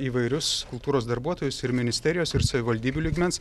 įvairius kultūros darbuotojus ir ministerijos ir savivaldybių lygmens